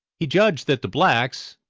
he judged that the blacks,